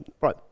Right